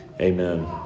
Amen